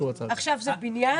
עכשיו זה הבניין.